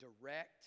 direct